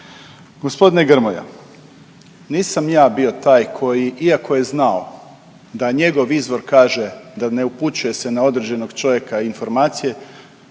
Gospodine Grmoja, nisam ja bio taj koji iako je znao da njegov izvor kaže da ne upućuje se na određenog čovjeka informacije,